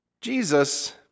Jesus